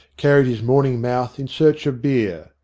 carried his morning mouth in search of beer.